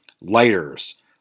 Lighters